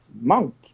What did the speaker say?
monk